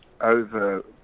over